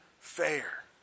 Fair